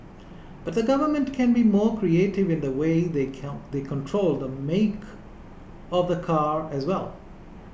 but the government can be more creative in the way they come they control the make of the car as well